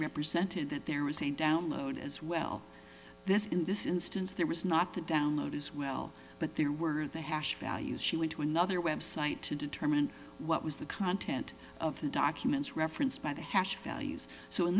represented that there was a download as well this in this instance there was not the download as well but there were the hash values she went to another website to determine what was the content of the documents referenced by the hash values so in